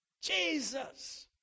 Jesus